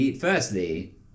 Firstly